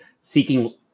seeking